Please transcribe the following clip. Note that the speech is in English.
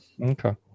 okay